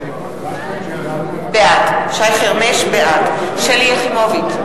בעד שלי יחימוביץ,